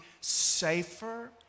safer